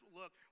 look